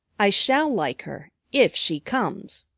i shall like her, if she comes,